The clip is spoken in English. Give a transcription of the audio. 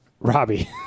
Robbie